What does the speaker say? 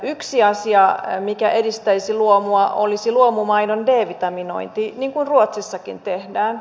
yksi asia mikä edistäisi luomua olisi luomumaidon d vitaminointi niin kuin ruotsissakin tehdään